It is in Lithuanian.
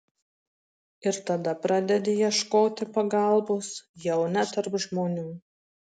ir tada pradedi ieškoti pagalbos jau ne tarp žmonių